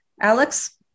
Alex